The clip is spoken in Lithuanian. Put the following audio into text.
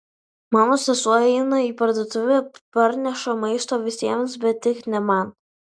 mano sesuo eina į parduotuvę parneša maisto visiems bet tik ne man